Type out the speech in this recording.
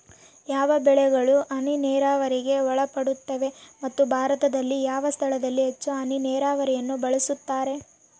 ಯಾವ ಬೆಳೆಗಳು ಹನಿ ನೇರಾವರಿಗೆ ಒಳಪಡುತ್ತವೆ ಮತ್ತು ಭಾರತದಲ್ಲಿ ಯಾವ ಸ್ಥಳದಲ್ಲಿ ಹೆಚ್ಚು ಹನಿ ನೇರಾವರಿಯನ್ನು ಬಳಸುತ್ತಾರೆ?